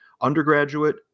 undergraduate